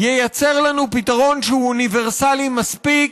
ייצר לנו פתרון שהוא אוניברסלי מספיק,